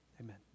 Amen